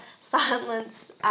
silence